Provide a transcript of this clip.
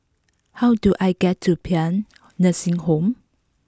how do I get to Paean Nursing Home